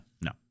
no